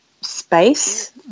space